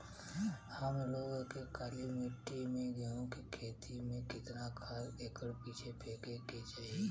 हम लोग के काली मिट्टी में गेहूँ के खेती में कितना खाद एकड़ पीछे फेके के चाही?